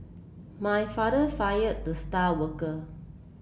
my father fired the star worker